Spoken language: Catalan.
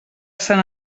sant